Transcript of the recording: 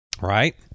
right